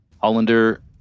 Hollander